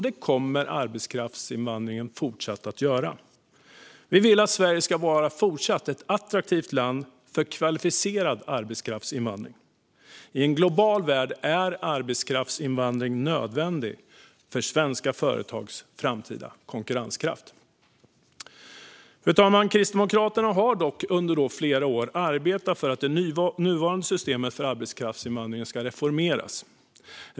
Det kommer arbetskraftsinvandringen fortsatt att göra. Vi vill att Sverige fortsatt ska vara ett attraktivt land för kvalificerad arbetskraftsinvandring. I en global värld är arbetskraftsinvandring nödvändig för svenska företags framtida konkurrenskraft. Fru talman! Kristdemokraterna har dock under flera år arbetat för att det nuvarande systemet för arbetskraftsinvandring ska reformeras.